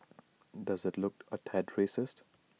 does IT look A tad racist